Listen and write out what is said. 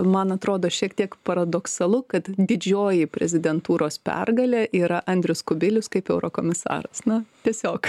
man atrodo šiek tiek paradoksalu kad didžioji prezidentūros pergalė yra andrius kubilius kaip eurokomisaras na tiesiog